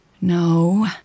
No